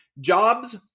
Jobs